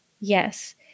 yes